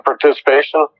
participation